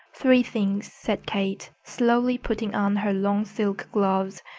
three things, said kate, slowly putting on her long silk gloves.